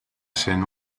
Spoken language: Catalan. sent